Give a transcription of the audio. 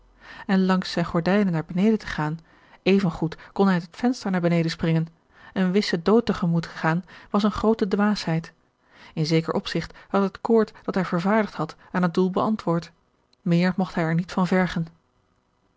en langs zijne gordijnen naar beneden te gaan even goed kon hij uit het venster naar beneden springen een wissen dood te gemoet te gaan was eene groote dwaasheid in zeker opzigt had het koord dat hij vervaardigd had aan het doel beantwoord meer mogt hij er niet van vergen